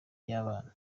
y’abana